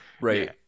right